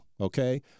okay